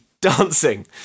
dancing